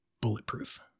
bulletproof